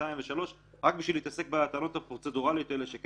שנתיים ושלוש רק בשביל להתעסק בטענות הפרוצדורליות האלה שכן